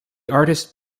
artist